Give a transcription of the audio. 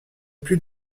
plus